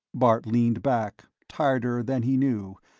bart leaned back, tireder than he knew,